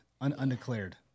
Undeclared